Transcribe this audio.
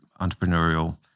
entrepreneurial